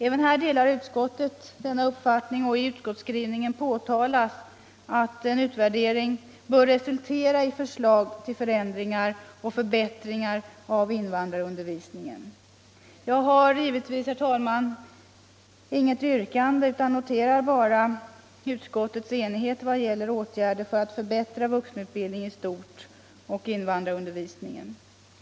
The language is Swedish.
Även här delar utskottet vår uppfattning, och i sin skrivning har utskottet pekat på att en utvärdering bör resultera i förslag till förändringar och förbättringar om invandrarundervisningen. Jag har givetvis, herr talman, inget yrkande utan noterar bara utskottets enighet i vad gäller åtgärder för att förbättra både vuxenutbildningen i stort och invandrarundervisningen.